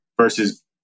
versus